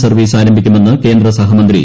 service ആരംഭിക്കുമെന്ന് കേന്ദ്ര സഹമന്ത്രി വി